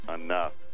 enough